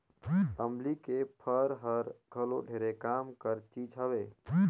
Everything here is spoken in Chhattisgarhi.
अमली के फर हर घलो ढेरे काम कर चीज हवे